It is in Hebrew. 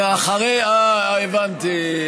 ואחריה, לא על זה.